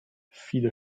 viele